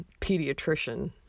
pediatrician